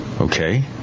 okay